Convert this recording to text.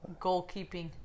goalkeeping